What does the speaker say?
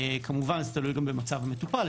כמובן שזה תלוי גם במצב המטופל.